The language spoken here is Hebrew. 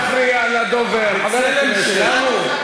"בצלם" שלנו?